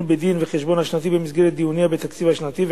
בדין-וחשבון השנתי במסגרת דיוניה בתקציב השנתי,